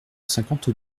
cinquante